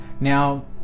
Now